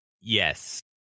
yes